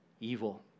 evil